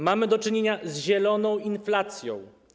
Mamy do czynienia z zieloną inflacją.